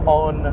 on